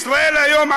בישראל היום,